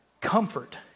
Comfort